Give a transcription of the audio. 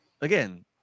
again